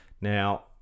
Now